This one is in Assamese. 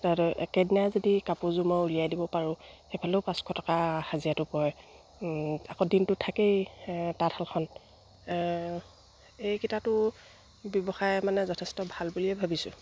তাত একেদিনাই যদি কাপোৰযোৰ মই উলিয়াই দিব পাৰোঁ সেইফালেও পাঁচশ টকা হাজিৰাটো পৰে আকৌ দিনটো থাকেই তাঁতশালখন এইকিটাটো ব্যৱসায় মানে যথেষ্ট ভাল বুলিয়ে ভাবিছোঁ